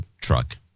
truck